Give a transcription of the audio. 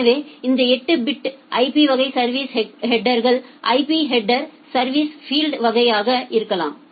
எனவே இந்த 8 bit IP வகை service header IP header service field வகையாக இருக்கலாம்